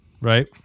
right